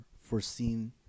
foreseen